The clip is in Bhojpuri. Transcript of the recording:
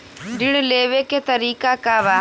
ऋण लेवे के तरीका का बा?